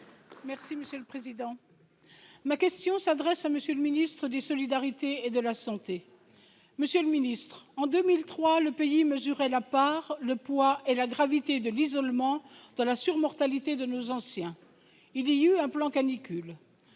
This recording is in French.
parole dans notre hémicycle ! Ma question s'adresse à M. le ministre des solidarités et de la santé. Monsieur le ministre, en 2003, le pays mesurait la part, le poids et la gravité de l'isolement dans la surmortalité de nos anciens. Il y eut un plan canicule.